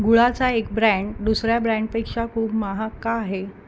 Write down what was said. गुळाचा एक ब्रँड दुसऱ्या ब्रँडपेक्षा खूप महाग का आहे